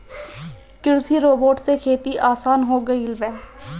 कृषि रोबोट से खेती आसान हो गइल बा